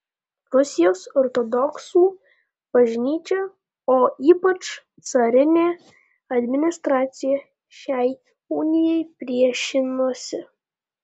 rusijos ortodoksų bažnyčia o ypač carinė administracija šiai unijai priešinosi